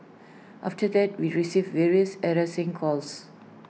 after that we received various harassing calls